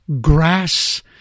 grass